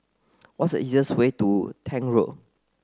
what's the easiest way to Tank Road